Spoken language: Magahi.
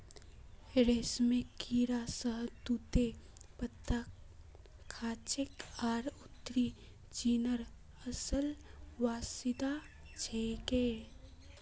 रेशमेर कीड़ा शहतूतेर पत्ता खाछेक आर उत्तरी चीनेर असल बाशिंदा छिके